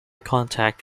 contact